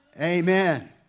Amen